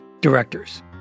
directors